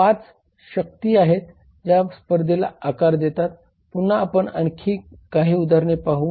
Refer slide time 1403 पाच शक्ती आहेत ज्या स्पर्धेला आकार देतात पुन्हा आपण आणखी काही उदाहरणे पाहू